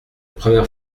première